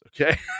okay